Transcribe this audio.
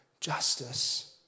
justice